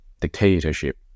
dictatorship